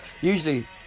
Usually